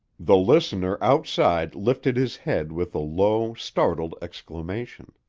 the listener outside lifted his head with a low, startled exclamation.